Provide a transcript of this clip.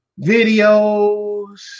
videos